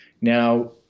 Now